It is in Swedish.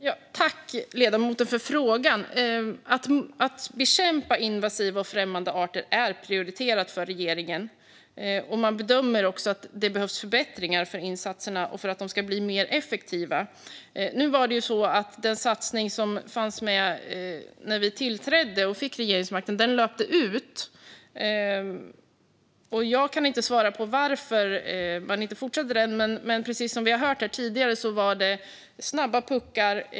Fru talman! Jag tackar ledamoten för frågan. Att bekämpa invasiva och främmande arter är prioriterat för regeringen. Man bedömer att det behövs förbättringar av insatserna för att de ska bli mer effektiva. Den satsning som fanns med när vi tillträdde och fick regeringsmakten har löpt ut. Jag kan inte svara på varför man inte fortsatte den, men precis som vi har hört här tidigare var det snabba puckar.